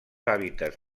hàbitats